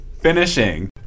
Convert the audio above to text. finishing